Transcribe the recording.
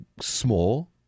small